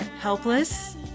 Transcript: helpless